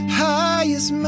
highest